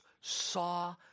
saw